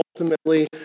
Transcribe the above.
ultimately